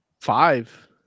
five